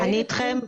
אני איתכם.